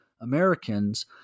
Americans